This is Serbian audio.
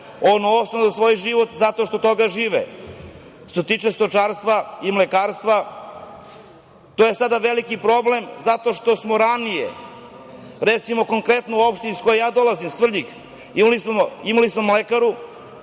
kupe osnovno za svoj život jer od toga žive. Što se tiče stočarstva i mlekarstva, to je sada veliki problem, zato što smo ranije, konkretno u opštini iz koje ja dolazim, Svrljig, imali mlekaru